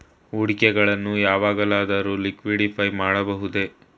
ಹೂಡಿಕೆಗಳನ್ನು ಯಾವಾಗಲಾದರೂ ಲಿಕ್ವಿಡಿಫೈ ಮಾಡಬಹುದೇ?